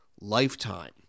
lifetime